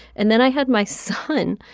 and then i had my son.